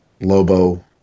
Lobo